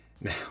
Now